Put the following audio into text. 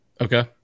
Okay